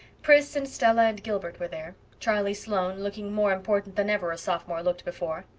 pris and stella and gilbert were there, charlie sloane, looking more important than ever a sophomore looked before,